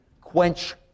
quench